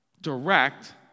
direct